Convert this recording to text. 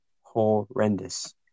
Horrendous